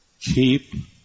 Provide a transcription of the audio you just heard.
Keep